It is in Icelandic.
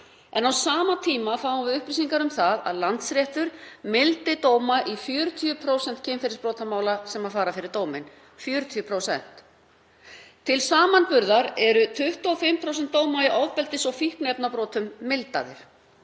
En á sama tíma fáum við upplýsingar um að Landsréttur mildi dóma í 40% kynferðisbrotamála sem fara fyrir dóminn, 40%. Til samanburðar eru 25% dóma í ofbeldis- og fíkniefnabrotum mildaðir.